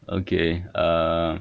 okay err